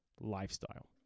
lifestyle